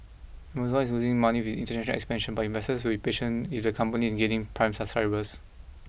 Amazon is losing money with international expansion but investors will be patient if the company is gaining prime subscribers